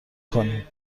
کنیم